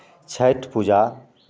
Chhath Puja